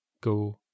go